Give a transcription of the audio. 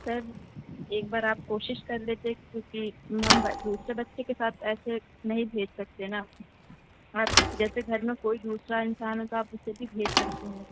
سر ایک بار آپ کوشش کر لیتے کیونکہ ہم دوسرے بچے کے ساتھ ایسے نہیں بھیج سکتے نا آپ جیسے گھر میں کوئی دوسرا انسان ہو تو آپ اسے بھی بھیج سکتے